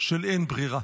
של אין ברירה".